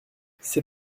c’est